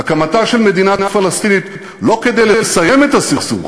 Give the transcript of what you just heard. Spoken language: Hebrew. הקמתה של מדינה פלסטינית לא כדי לסיים את הסכסוך,